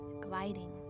gliding